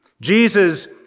Jesus